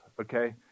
Okay